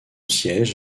siège